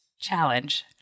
challenge